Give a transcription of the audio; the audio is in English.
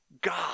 God